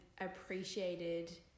appreciated